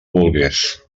volgués